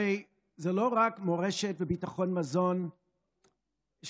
הרי זה לא רק מורשת וביטחון מזון שאנחנו